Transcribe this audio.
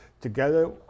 together